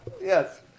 Yes